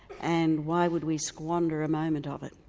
and why would we squander a moment of it?